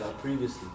previously